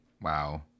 Wow